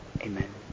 Amen